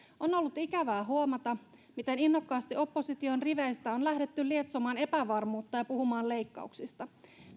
on ollut ikävää huomata miten innokkaasti opposition riveistä on lähdetty lietsomaan epävarmuutta ja puhumaan leikkauksista